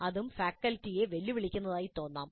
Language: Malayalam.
ഇതും ഫാക്കൽറ്റിയെ വെല്ലുവിളിക്കുന്നതായി തോന്നാം